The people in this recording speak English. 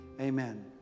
Amen